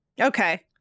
Okay